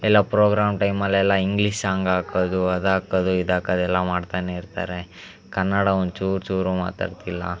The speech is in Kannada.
ಎಲ್ಲ ಪ್ರೋಗ್ರಾಮ್ ಟೈಮಲ್ಲಿ ಎಲ್ಲ ಇಂಗ್ಲೀಷ್ ಸಾಂಗ್ ಹಾಕೋದು ಅದಾಕೋದು ಇದಾಕದು ಎಲ್ಲ ಮಾಡ್ತಾನೆ ಇರ್ತಾರೆ ಕನ್ನಡ ಒಂಚೂರು ಚೂರೂ ಮಾತಾಡ್ತಿಲ್ಲ